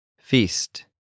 Feast